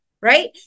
right